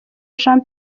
jean